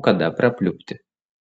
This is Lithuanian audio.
o kada prapliupti